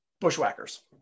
Bushwhackers